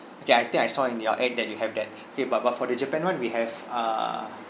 okay I think I saw in your ad that you have that okay but but for the japan [one] we have err